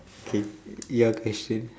okay your question